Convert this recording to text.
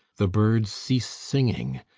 the birds cease singing,